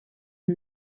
der